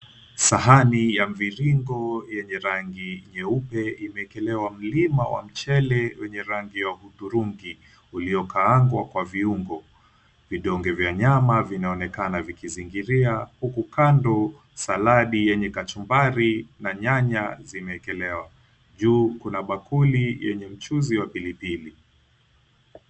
Sahani ya mviringo yenye rangi nyeupe imeekelewa mlima wa mchele wenye rangi ya hudhurungi uliokaangwa kwa viungo. Vidonge vya nyama vinaonekana vikizingiria huku kando saladi yenye kachumbari na nyanya zimeekelewa. Juu kuna bakuli yenye mchuzi wa pilipili.